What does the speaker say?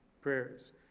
prayers